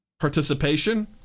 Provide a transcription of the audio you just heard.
participation